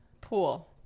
pool